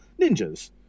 ninjas